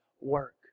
work